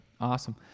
awesome